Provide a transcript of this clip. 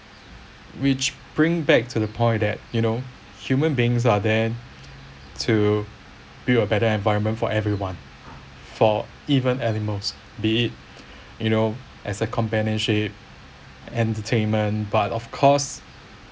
which bring back to the point that you know human beings are there to build a better environment for everyone for even animals be it you know as a companionship entertainment but of course